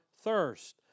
thirst